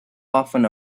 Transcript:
often